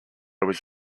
was